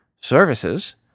Services